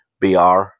BR